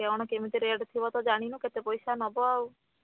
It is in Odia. କ'ଣ କେମିତି ରେଟ୍ ଥିବ ତ ଜାଣିନୁ କେତେ ପଇସା ନବ